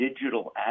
digital